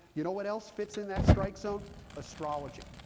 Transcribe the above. you know what else fits in that strike zone? astrology.